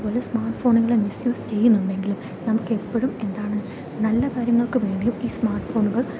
അതുപോലെ സ്മാർട്ട് ഫോൺസുകളെ മിസ്യൂസ് ചെയ്യുന്നുണ്ടെങ്കിലും നമുക്ക് എപ്പോഴും എന്താണ് നല്ല കാര്യങ്ങൾക്കു വേണ്ടി ഈ സ്മാർട്ട് ഫോണുകൾ